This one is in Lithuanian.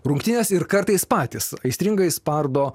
rungtynes ir kartais patys aistringai spardo